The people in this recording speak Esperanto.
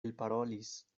elparolis